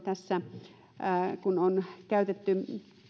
tässä on käytetty